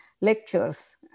lectures